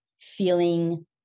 feeling